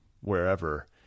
wherever